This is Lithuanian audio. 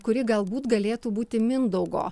kuri galbūt galėtų būti mindaugo